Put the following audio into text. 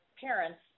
parents